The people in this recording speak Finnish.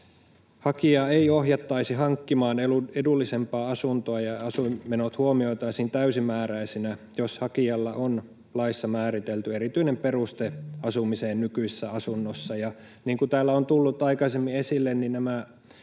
hakijaa ei ohjattaisi hankkimaan edullisempaa asuntoa ja asuinmenot huomioitaisiin täysimääräisinä, jos hakijalla on laissa määritelty erityinen peruste asumiseen nykyisessä asunnossa. Niin kuin täällä on tullut aikaisemmin esille,